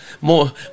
more